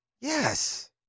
Yes